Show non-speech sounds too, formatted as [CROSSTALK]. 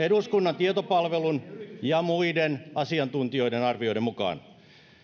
[UNINTELLIGIBLE] eduskunnan tietopalvelun ja muiden asiantuntijoiden arvioiden mukaan